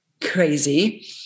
crazy